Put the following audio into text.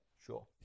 Sure